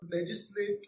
Legislate